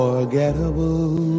Unforgettable